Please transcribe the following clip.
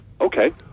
okay